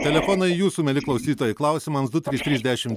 telefonai jūsų mieli klausytojai klausimams du trys trys dešimt